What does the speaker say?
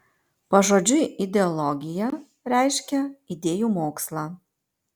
pažodžiui ideologija reiškia idėjų mokslą